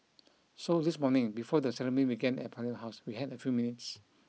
so this morning before the ceremony began at Parliament House we had a few minutes